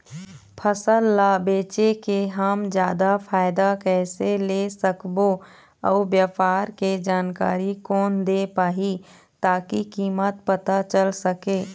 फसल ला बेचे के हम जादा फायदा कैसे ले सकबो अउ व्यापार के जानकारी कोन दे पाही ताकि कीमत पता चल सके?